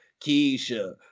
Keisha